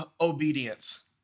obedience